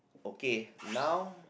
okay now